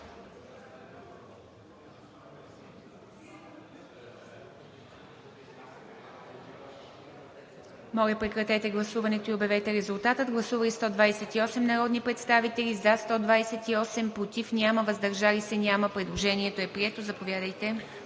Моля, прекратете гласуването и обявете резултата. Гласували 101 народни представители, за 87, против няма и въздържали се 14. Предложението е прието. (Реплики от